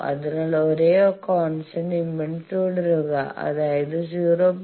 അതിനാൽ ഒരേ constant impedance തുടരുക അതായത് 0